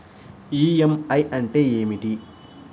EMI అంటే ఏమిటి?